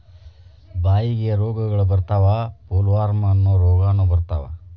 ಬಾಯಿಗೆ ರೋಗಗಳ ಬರತಾವ ಪೋಲವಾರ್ಮ ಅನ್ನು ರೋಗಾನು ಬರತಾವ